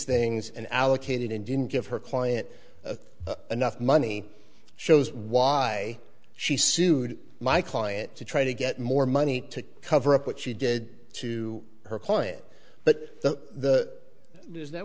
things and allocated and didn't give her client enough money shows why she sued my client to try to get more money to cover up what she did to her client but the the that